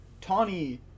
Tawny